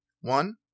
One